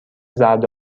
زرد